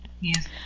Yes